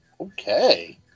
Okay